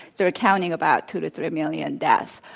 so, we're counting about two to three million deaths.